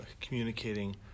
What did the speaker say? communicating